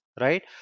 right